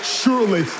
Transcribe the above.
surely